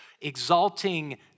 exalting